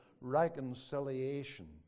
reconciliation